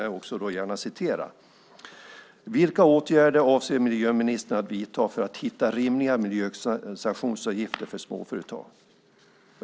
Jag frågade: "Vilka åtgärder avser miljöministern att vidta för att hitta rimliga miljösanktionsavgifter för småföretag?"